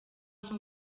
nko